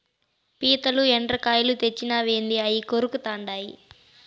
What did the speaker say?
పీతలు, ఎండ్రకాయలు తెచ్చినావేంది అయ్యి కొరుకుతాయి